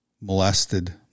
molested